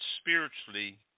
spiritually